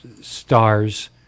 Star's